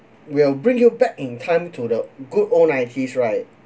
will bring you back in time to the good old nineties right